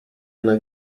una